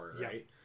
right